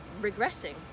regressing